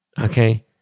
okay